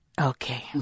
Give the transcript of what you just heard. Okay